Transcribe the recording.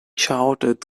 shouted